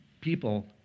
people